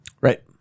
right